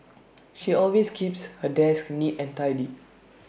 she always keeps her desk neat and tidy